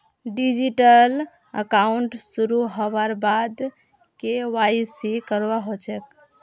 digital account शुरू हबार बाद के.वाई.सी करवा ह छेक